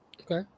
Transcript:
Okay